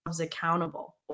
accountable